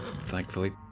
Thankfully